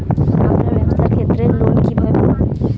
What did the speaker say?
আমার ব্যবসার ক্ষেত্রে লোন কিভাবে পাব?